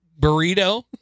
burrito